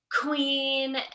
queen